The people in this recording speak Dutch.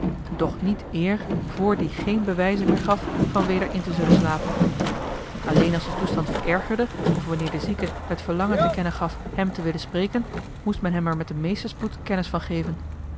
doch niet eer voor die geen bewijzen meer gaf van weder in te zullen slapen alleen als de toestand verergerde of wanneer de zieke het verlangen te kennen gaf hem te willen spreken moest men hem er met den meesten spoed kennis van geven